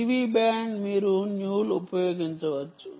TV band మీరు న్యూల్ ఉపయోగించవచ్చు